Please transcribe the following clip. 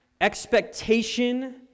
expectation